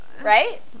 Right